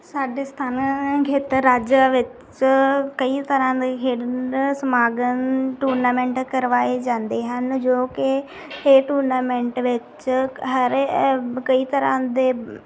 ਸਾਡੇ ਸਥਾਨਾਨਾਂ ਖੇਤਰ ਰਾਜਾ ਵਿੱਚ ਕਈ ਤਰ੍ਹਾਂ ਦੇ ਖੇਡਡ ਸਮਾਗਮ ਟੂਰਨਾਮੈਂਟ ਕਰਵਾਏ ਜਾਂਦੇ ਹਨ ਜੋ ਕਿ ਇਹ ਟੂਰਨਾਮੈਂਟ ਵਿੱਚ ਹਰ ਕਈ ਤਰ੍ਹਾਂ ਦੇ